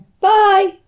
Bye